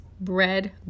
bread